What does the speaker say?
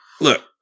Look